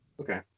Okay